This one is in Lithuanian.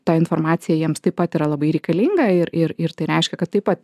ta informacija jiems taip pat yra labai reikalinga ir ir ir tai reiškia kad taip pat